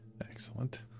Excellent